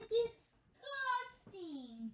disgusting